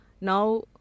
Now